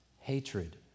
hatred